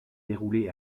déroulé